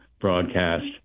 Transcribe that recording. broadcast